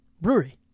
brewery